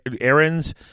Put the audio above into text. errands